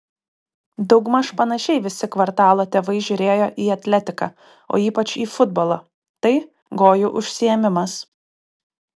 daugmaž panašiai visi kvartalo tėvai žiūrėjo į atletiką o ypač į futbolą tai gojų užsiėmimas